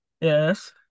Yes